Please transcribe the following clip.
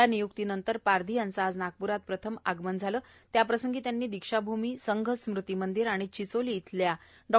या नियुक्ति नंतर पारधी यांचे आज नागपुरात प्रथम आगमनाप्रसंगी त्यांनी दीक्षाभूमी संघ स्मृति मंदिर आणि चिचोली येथील डॉ